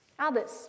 Others